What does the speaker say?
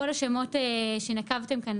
כל השמות שציינתם כאן,